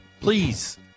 Please